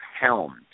helmed